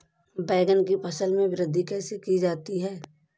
बैंगन की फसल में वृद्धि कैसे की जाती है?